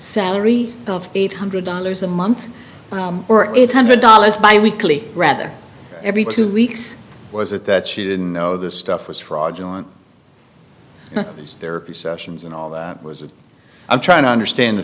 salary of eight hundred dollars a month or it hundred dollars bi weekly rather every two weeks was it that she didn't know this stuff was fraudulent his therapy sessions and all that was a i'm trying to understand the